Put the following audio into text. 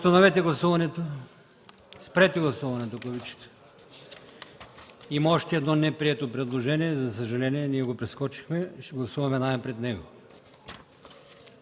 Преустановете гласуването. Спрете гласуването, ако обичате. Има още едно неприето предложение, за съжаление ние го прескочихме. Ще гласуваме най-напред него.